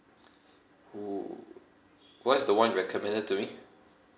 !woo! what is the one you recommended to me